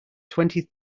twenty